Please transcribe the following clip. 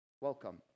Welcome